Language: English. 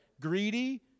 Greedy